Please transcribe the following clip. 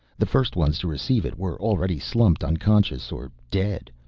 the first ones to receive it were already slumped unconscious or dead,